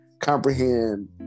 comprehend